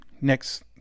next